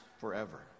forever